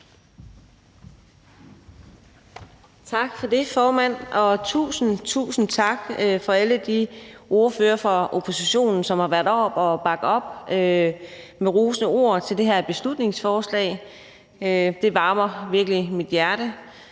Tak for det, formand. Og tusind, tusind tak til alle de ordførere fra oppositionen, som har været oppe at bakke op med rosende ord til det her beslutningsforslag. Det varmer virkelig mit hjerte.